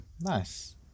Nice